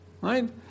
right